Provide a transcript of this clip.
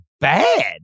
bad